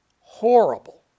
horrible